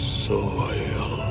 soil